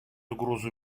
угрозу